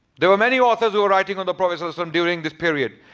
there were many authors who were writing on the prophet so so um during this period.